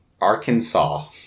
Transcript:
Arkansas